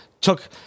took